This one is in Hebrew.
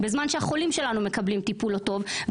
בזמן שהחולים שלנו מקבלים טיפול לא טוב.